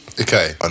Okay